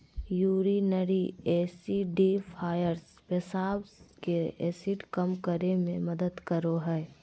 urinary acidifiers पेशाब के acid कम करे मे मदद करो हय